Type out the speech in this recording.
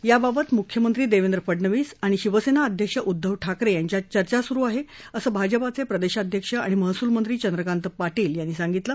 याबाबत म्ख्यमंत्री देवेंद्र फडणवीस आणि शिवसेना अध्यक्ष उद्धव ठाकरे यांच्यात चर्चा सूरु आहे असं भाजपाचे प्रदेशाध्यक्ष आणि महसूल मंत्री चंद्रकांत पाटील यांनी सांगितलं